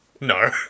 No